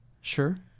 Sure